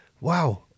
Wow